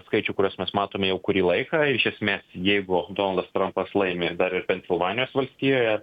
skaičių kuriuos mes matome jau kurį laiką ir iš esmės jeigu donaldas trampas laimi dar ir pensilvanijos valstijoje